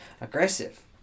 Aggressive